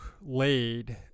laid